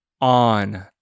on